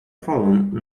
falando